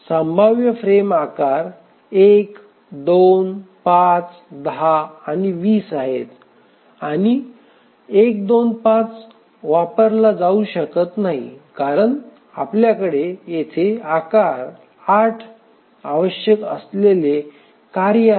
संभाव्य फ्रेम आकार 1 2 5 10 आणि 20 आहेत आणि 1 2 5 वापरला जाऊ शकत नाही कारण आपल्या कडे येथे आकार ८ आवश्यक असलेले कार्य आहे